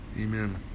Amen